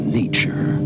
nature